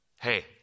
hey